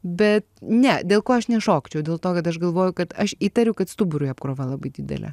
bet ne dėl ko aš nešokčiau dėl to kad aš galvoju kad aš įtariu kad stuburui apkrova labai didelė